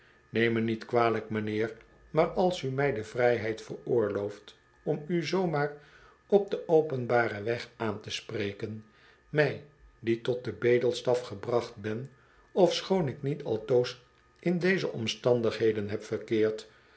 neem me niet kwalijk m'nheer maar als u mij de viljheid veroorlooft om u zoo maar op den openbaren weg aan te spreken mij die tot den bedelstaf gebracht ben ofschoon ik niet altoos in deze omstandigheden heb verkeerd